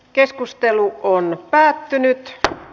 keskustelu päättyi